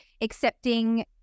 accepting